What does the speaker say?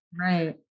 Right